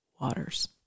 waters